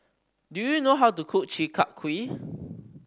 do you know how to cook Chi Kak Kuih